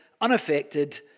unaffected